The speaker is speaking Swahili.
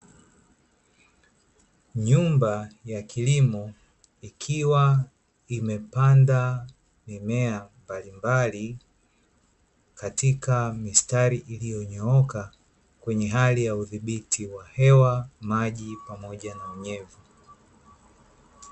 Nyumba ya kilimo ikiwa imepanda mimea mbalimbali katika mistari iliyonyooka kwenye hali ya udhibiti wa hewa, maji pamoja na unyevu.